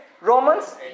Romans